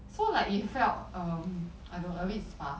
so like it felt um I don't a bit sparse